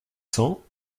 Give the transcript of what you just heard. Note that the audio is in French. cent